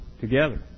together